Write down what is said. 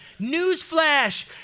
Newsflash